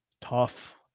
tough